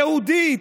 יהודית,